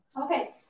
Okay